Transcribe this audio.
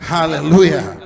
Hallelujah